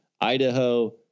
Idaho